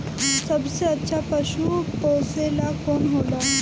सबसे अच्छा पशु पोसेला कौन होला?